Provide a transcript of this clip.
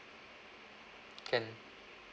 can